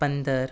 પંદર